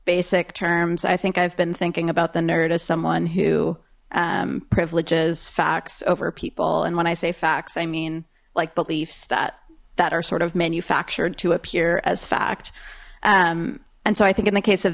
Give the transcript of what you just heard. basic terms i think i've been thinking about the nerd as someone who privileges facts over people and when i say facts i mean like beliefs that that are sort of manufactured to appear as fact and so i think in the case of